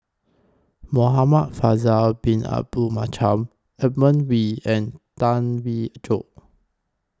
Muhamad Faisal Bin Abdul Manap Edmund Wee and Tan Wee Joo